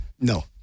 No